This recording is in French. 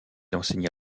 enseigna